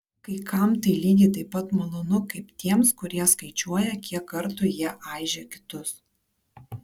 kai kam tai lygiai taip pat malonu kaip tiems kurie skaičiuoja kiek kartų jie aižė kitus